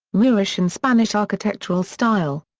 moorish and spanish architectural style.